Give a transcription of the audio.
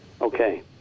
okay